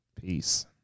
Peace